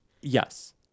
Yes